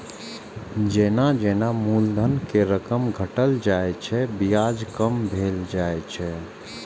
जेना जेना मूलधन के रकम घटल जाइ छै, ब्याज कम भेल जाइ छै